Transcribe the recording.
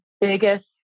biggest